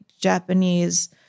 Japanese